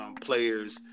players